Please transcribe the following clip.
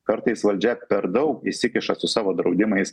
kartais valdžia per daug įsikiša su savo draudimais